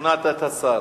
שכנעת את השר.